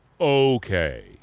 Okay